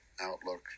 outlook